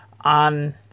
on